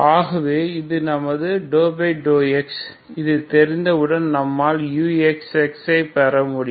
ஆகவே இது நமது ∂x இது தெரிந்தவுடன் நம்மால் uxxஐ பெறமுடியும்